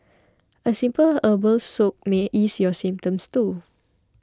a simple herbal soak may ease your symptoms too